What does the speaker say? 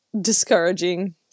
discouraging